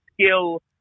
skill